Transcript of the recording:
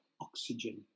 oxygen